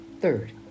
Third